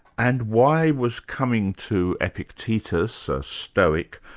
and why was coming to epictetus, a stoic,